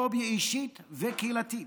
פוביה אישית וקהילתית.